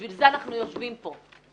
בשביל זה אנחנו יושבים פה.